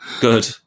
good